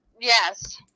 Yes